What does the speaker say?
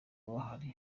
bahari